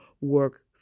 work